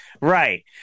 right